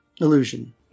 Illusion